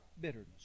Bitterness